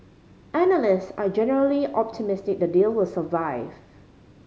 analyst are generally optimistic the deal will survive